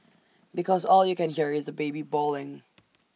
because all you can hear is the baby bawling